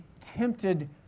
tempted